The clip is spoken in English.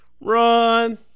Run